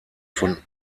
von